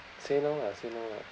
say now lah say now lah